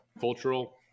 cultural